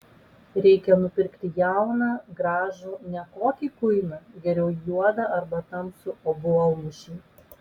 reikia nupirkti jauną gražų ne kokį kuiną geriau juodą arba tamsų obuolmušį